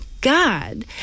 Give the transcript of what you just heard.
God